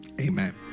amen